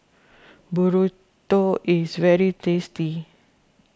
Burrito is very tasty